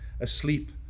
asleep